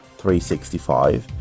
365